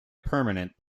permanent